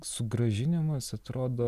sugrąžinimas atrodo